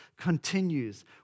continues